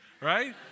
right